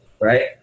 right